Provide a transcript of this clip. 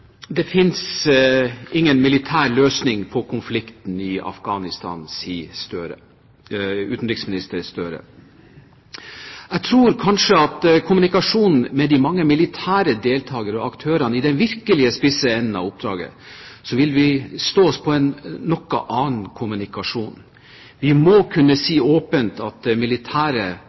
ingen militær løsning på konflikten i Afghanistan,» sier utenriksminister Gahr Støre. Jeg tror kanskje at når det gjelder kommunikasjonen med de mange militære deltakere og aktører i den virkelig spisse enden av oppdraget, vil vi stå oss på en noe annen kommunikasjon. Vi må kunne si åpent at det militære,